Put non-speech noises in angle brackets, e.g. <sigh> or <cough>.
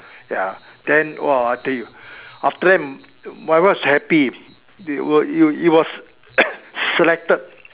ya then !wah! I tell you after that my wife so happy it was it was <coughs> selected